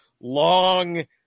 long